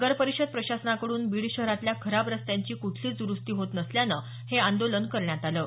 नगर परिषद प्रशासनाकडून बीड शहरातल्या खराब रस्त्यांची कुठलीच दुरूस्ती होत नसल्यान हे आंदोलन करण्यात आल